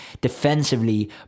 defensively